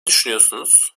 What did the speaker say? düşünüyorsunuz